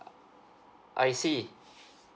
I see